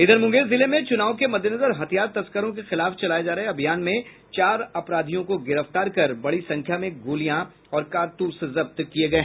इधर मुंगेर जिले में चुनाव के मद्देनजर हथियार तस्करों के खिलाफ चलाये जा रहे अभियान में चार अपरारधियों को गिरफ्तार कर बड़ी संख्या में गोलियां और कारतूस जब्त किये गये